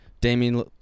Damian